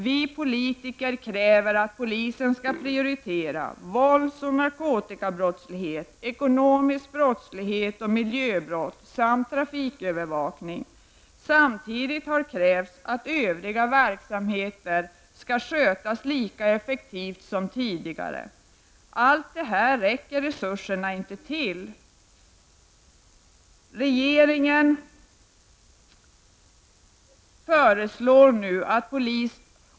Vi politiker kräver att polisen skall prioritera vålds och narkotikabrottslighet, ekonomisk brottslighet och miljöbrott samt trafikövervakning. Samtidigt har det krävts att övriga verksamheter skall skötas lika effektivt som tidigare. Resurserna räcker inte till för allt detta.